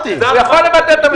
הוא יכול לבטל את המכרז.